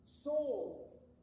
Soul